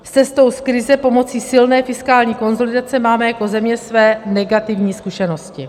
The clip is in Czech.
S cestou z krize pomocí silné fiskální konsolidace máme jako země své negativní zkušenosti.